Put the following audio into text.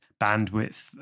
bandwidth